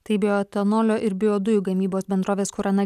tai bioetanolio ir biodujų gamybos bendrovės kurana